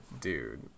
dude